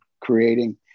creating